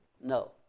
No